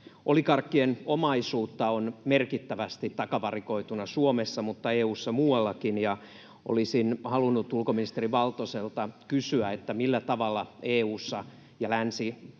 Oligarkkien omaisuutta on merkittävästi takavarikoituna Suomessa mutta EU:ssa muuallakin, ja olisin halunnut ulkoministeri Valtoselta kysyä, että millä tavalla EU:ssa ja muissa